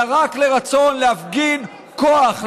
אלא רק לרצון להפגין כוח,